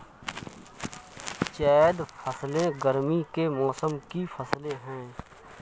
ज़ैद फ़सलें गर्मी के मौसम की फ़सलें हैं